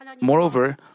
moreover